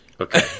Okay